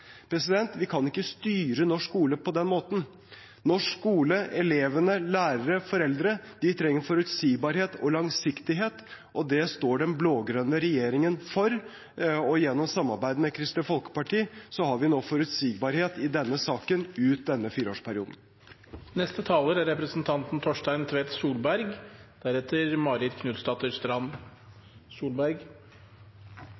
reversere. Vi kan ikke styre norsk skole på den måten. Norsk skole, elevene, lærerne og foreldrene trenger forutsigbarhet og langsiktighet, og det står den blå-grønne regjeringen for. Gjennom samarbeid med Kristelig Folkeparti har vi nå forutsigbarhet i denne saken ut denne fireårsperioden. Representanten